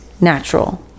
natural